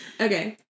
Okay